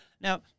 Now